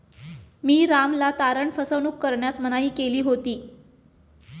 मी रामला तारण फसवणूक करण्यास मनाई केली होती